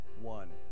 one